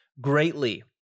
greatly